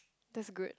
that's good